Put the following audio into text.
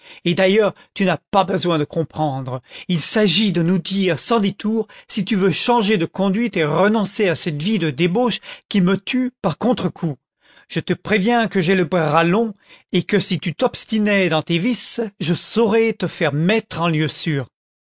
et d'ailleurs tu n'as pas besoin de comprendre il s'agit de nous dire sans détour si lu veux changer de conduite et renoncer à cette vie de débauche qui me tue par contrecoup je te préviens que j ai le bras long et que si tu t'obstinais dans tes vices je saurais te faire mettre en lieu sûr